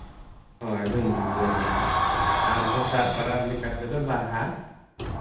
ᱦᱳᱭ ᱫᱷᱩᱢ ᱫᱷᱟᱢ ᱞᱮ ᱢᱟᱱᱟᱣᱟ ᱟᱨ ᱫᱚᱥᱟᱨ ᱯᱚᱨᱚᱵᱽ ᱞᱮᱠᱟ ᱛᱮᱫᱚ ᱵᱟᱦᱟ